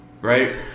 right